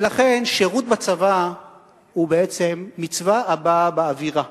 ולכן, שירות בצבא הוא בעצם מצווה הבאה באווירה.